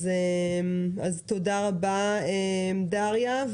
תודה רבה, דריה.